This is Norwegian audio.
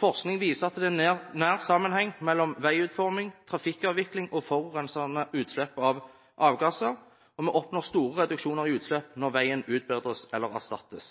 Forskning viser at det er nær sammenheng mellom veiutforming, trafikkavvikling og forurensende utslipp av avgasser. Vi oppnår store reduksjoner i utslipp når veien utbedres eller erstattes.